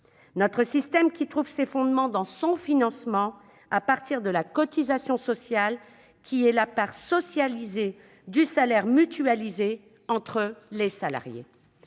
notre système trouve ses fondements dans son financement à partir de la cotisation sociale, qui est la part socialisée du salaire mutualisé entre les salariés.